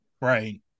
Right